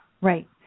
Right